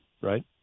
right